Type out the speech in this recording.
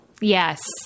Yes